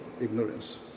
ignorance